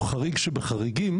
הוא חריג שבחריגים.